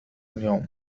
اليوم